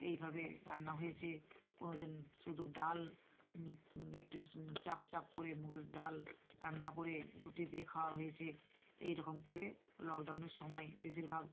এইভাবে রান্না হয়েছে কোনওদিন শুধু ডাল একটু চাপ চাপ করে মুগের ডাল রান্না করে রুটি দিয়ে খাওয়া হয়েছে এইরকম করে লকডাউনের সময় বেশিরভাগ